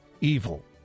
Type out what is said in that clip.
evil